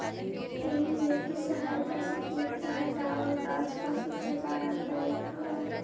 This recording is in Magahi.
हेइ रेक के सहायता से खेत से हँटावल गाछ पशु के चारा में प्रयुक्त होवऽ हई